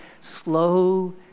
Slow